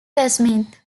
westmeath